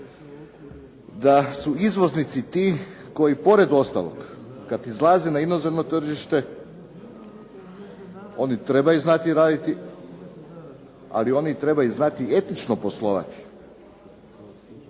da su izvoznici ti koji pored ostalog kad izlaze na inozemno tržište oni trebaju znati raditi, ali oni trebaju znati etično poslovati.